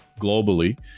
globally